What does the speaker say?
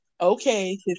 okay